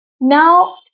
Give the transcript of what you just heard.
Now